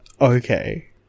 Okay